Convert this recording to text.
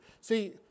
See